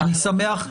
אהל אל-כִּתאב.